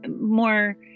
more